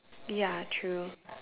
ya true